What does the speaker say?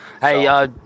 Hey